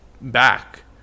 back